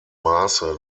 maße